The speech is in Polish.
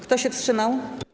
Kto się wstrzymał?